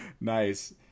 Nice